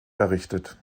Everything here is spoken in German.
errichtet